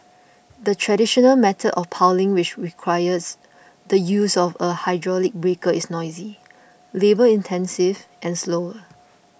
the traditional method of piling which requires the use of a hydraulic breaker is noisy labour intensive and slower